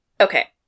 Okay